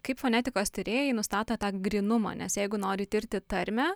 kaip fonetikos tyrėjai nustato tą grynumą nes jeigu nori tirti tarmę